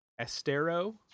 estero